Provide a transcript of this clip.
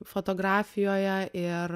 fotografijoje ir